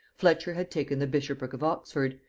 fletcher had taken the bishopric of oxford,